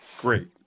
great